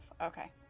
Okay